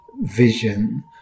vision